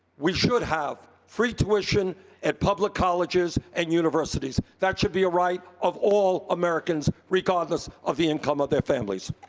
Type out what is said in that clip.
we should have free tuition at public colleges colleges and universities. that should be a right of all americans regardless of the income of their families.